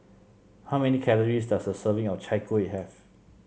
how many calories does a serving of Chai Kueh have